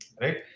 right